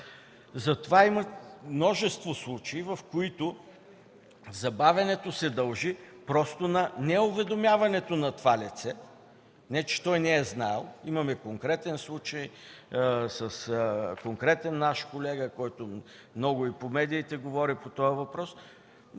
Затова има множество случаи, в които забавянето се дължи на неуведомяването на това лице – не че той не е знаел. Имаме конкретен случай с конкретен наш колега, който много говори по този въпрос